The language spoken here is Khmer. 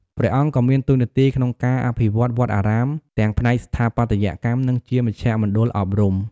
ព្រះអង្គក៏មានតួនាទីក្នុងការអភិវឌ្ឍវត្តអារាមទាំងផ្នែកស្ថាបត្យកម្ម និងជាមជ្ឈមណ្ឌលអប់រំ។